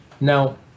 Now